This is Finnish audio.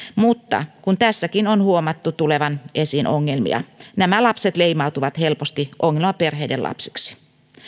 mutta kun tässäkin on huomattu tulevan esiin ongelmia nämä lapset leimautuvat helposti ongelmaperheiden lapsiksi